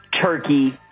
Turkey